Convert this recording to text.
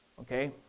Okay